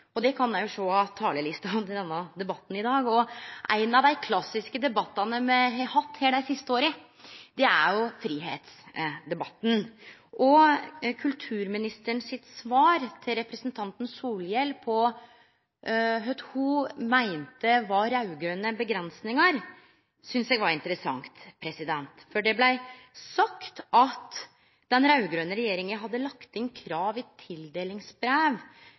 Arbeidarpartiet. Det kan ein òg sjå av talarlista i debatten i dag. Ein av dei klassiske debattane me har hatt her dei siste åra, er fridomsdebatten. Kulturministeren sitt svar til representanten Solhjell på kva ho meinte var raud-grøne avgrensingar, synest eg var interessant. For det blei sagt at den raud-grøne regjeringa hadde lagt inn krav i tildelingsbrev